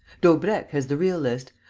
daubrecq has the real list,